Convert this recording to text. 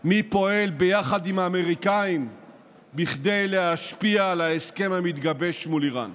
מי פועל יחד עם האמריקאים כדי להשפיע על ההסכם המתגבש מול איראן.